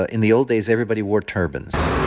ah in the old days, everybody wore turbans.